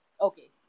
Okay